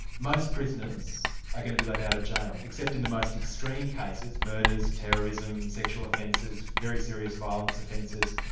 most prisoners are going to be let out of jail, except on and the most extreme cases murders, terrorism, sexual offences, very serious violence offences.